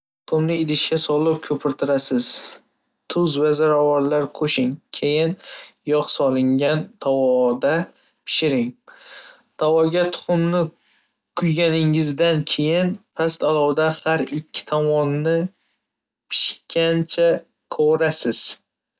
﻿Tuxumni idishga solib ko'pirtirasiz, tuz va zaravorlar qo'shing, keyin yog' solingan tovoda pishiring, tavoga tuxumni quyganingizdan keyin, past alovda har ikki tomonni pishgancha qovirasiz.